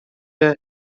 مگر